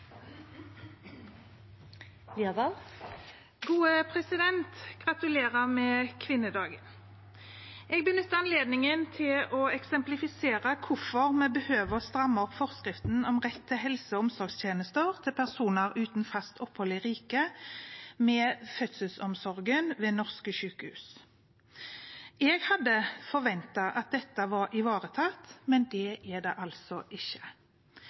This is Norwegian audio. med kvinnedagen! Jeg benytter anledningen til å eksemplifisere hvorfor vi behøver å stramme opp forskriften om rett til helse- og omsorgstjenester til personer uten fast opphold i riket, med fødselsomsorgen ved norske sykehus. Jeg hadde forventet at dette var ivaretatt, men det er det altså ikke.